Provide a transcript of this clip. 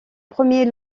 premier